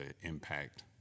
impact